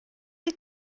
die